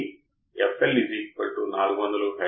current నాకు తెలుసు input bias current సూత్రంఅంటే ఏమిటి